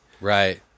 Right